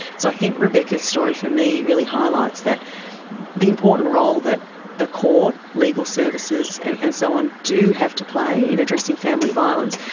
so i think rebecca's story for me really highlights that the important role that the court, legal services and and so on do have to play in addressing family violence.